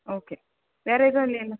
okay வேறு எதுவும் இல்லைல்ல